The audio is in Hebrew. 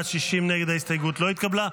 ההסתייגות לא התקבלה.